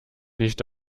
nicht